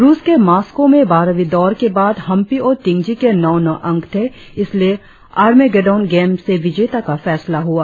रुस के मास्को में बारहवीं दौर के बाद हम्पी और टिंगजी के नौ नौ अंक थे इसलिए आर्मेगेडोन गेम से विजेता का फैसला हुआ